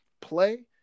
play